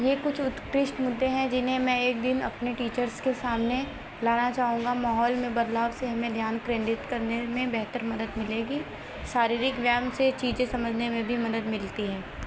ये कुछ उत्कृष्ट मुद्दे हैं जिन्हें मैं एक दिन अपने टीचर्स के सामने लाना चाहूँगा माहौल में बदलाव से हमें ध्यान केंद्रित करने में बेहतर मदद मिलेगी शारीरिक व्यायाम से चीज़ें समझने में भी मदद मिलती है